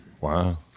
Wow